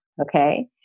Okay